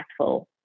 impactful